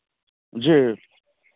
जी